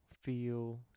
feel